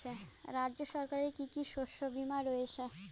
রাজ্য সরকারের কি কি শস্য বিমা রয়েছে?